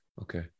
okay